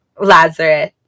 Lazarus